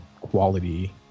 quality